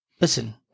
Listen